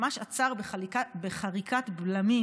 ממש עצר בחריקת בלמים,